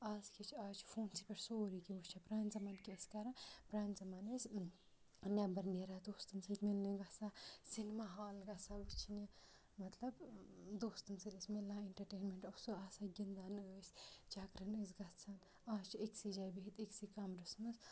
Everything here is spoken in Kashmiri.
اَز کیٛاہ چھِ اَز چھِ فونسٕے پٮ۪ٹھ سورُے کینٛہہ وٕچھان پرٛانہِ زمانہٕ کیٛاہ ٲسۍ کَران پرٛانہِ زَمانہٕ ٲسۍ نٮ۪بَر نیران دوستَن سۭتۍ مِلنہِ گژھان سِنِما ہال گژھان وٕچھنہِ مطلب دوستَن سۭتۍ ٲسۍ مِلان اِنٹَرٹینمینٛٹ اوس آسان گِنٛدان ٲسۍ چَکرَن ٲسۍ گژھان اَز چھِ أکۍسٕے جایہِ بِہِتھ أکۍسٕے کَمرَس منٛز